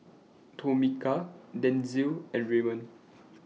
Tomika Denzil and Raymond